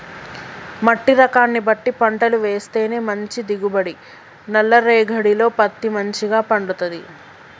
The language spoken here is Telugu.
మట్టి రకాన్ని బట్టి పంటలు వేస్తేనే మంచి దిగుబడి, నల్ల రేగఢీలో పత్తి మంచిగ పండుతది